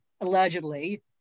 allegedly